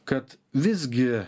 kad visgi